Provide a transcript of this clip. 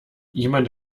jemand